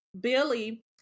Billy